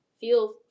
feel